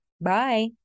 bye